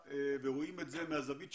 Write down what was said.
והאם הם מתכוונים לשנות את זה.